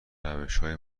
روشهای